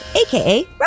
aka